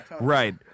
Right